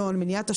לו מטרות.